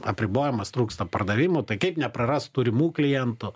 apribojimas trūksta pardavimų tai kaip neprarast turimų klientų